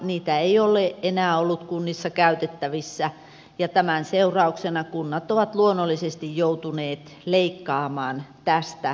niitä ei ole enää ollut kunnissa käytettävissä ja tämän seurauksena kunnat ovat luonnollisesti joutuneet leikkaamaan tästä kuluerästä